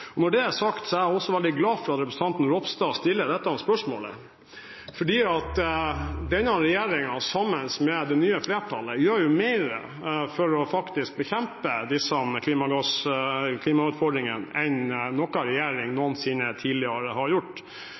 Når det er sagt, er jeg veldig glad for at representanten Ropstad stiller dette spørsmålet, for denne regjeringen, sammen med det nye flertallet, gjør mer for å bekjempe disse klimautfordringene enn noen regjering noensinne tidligere har gjort.